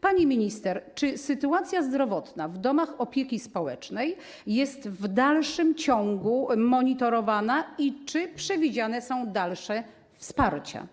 Pani minister, czy sytuacja zdrowotna w domach opieki społecznej jest w dalszym ciągu monitorowana i czy przewidziane jest dalsze wsparcie?